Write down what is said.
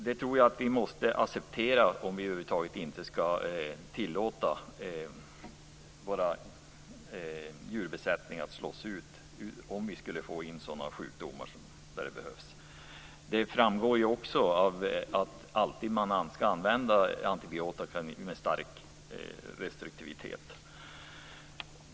Jag tror att vi måste acceptera det om vi skulle få in sådana sjukdomar som behöver bekämpas med antibiotika för att inte tillåta att djurbesättningar slås ut. Det framgår också att antibiotika alltid skall användas med stor restriktivitet.